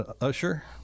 usher